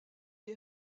est